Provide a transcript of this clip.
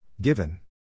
given